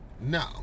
no